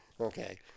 okay